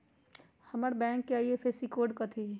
हमर बैंक के IFSC code कथि हई?